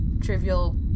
trivial